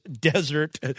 desert